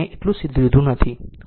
મે એટલે જ લીધું નથી